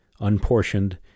unportioned